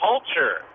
Culture